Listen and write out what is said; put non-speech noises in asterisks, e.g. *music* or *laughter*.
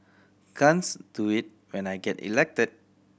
can't *unintelligible* do it when I get elected